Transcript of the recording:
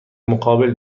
مقابل